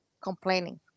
complaining